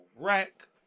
rack